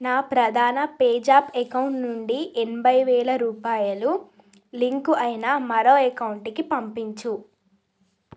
నా ప్రధాన PayZapp account నుండి ఎనభై వేల రూపాయలు లింకు అయిన మరో ఎకౌంటుకి పంపించు